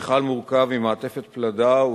המכל מורכב ממעטפת פלדה,